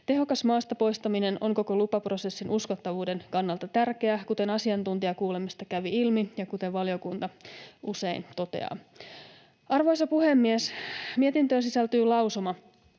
Tehokas maasta poistaminen on koko lupaprosessin uskottavuuden kannalta tärkeää, kuten asiantuntijakuulemisessa kävi ilmi ja kuten valiokunta usein toteaa. Arvoisa puhemies! Mietintöön sisältyy lausuma.